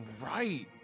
right